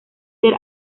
ser